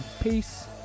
Peace